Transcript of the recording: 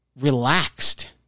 relaxed